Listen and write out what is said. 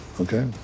okay